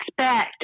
expect